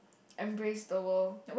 embrace the world